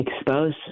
expose